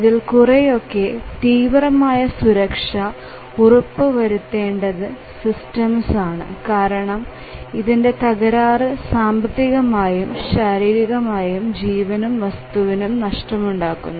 ഇതിൽ കുറെയൊക്കെ തീവ്രമായ സുരക്ഷ ഉറപ്പുവരുത്തേണ്ടത് സിസ്റ്റംസ് ആണ് കാരണം ഇതിന്റെ തകരാറ് സാമ്പത്തികമായും ശാരീരികമായും ജീവനും വസ്തുവിനും നഷ്ടം ഉണ്ടാക്കുന്നു